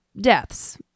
deaths